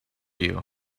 you